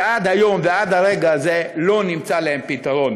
שעד היום ועד הרגע הזה לא נמצא להם פתרון.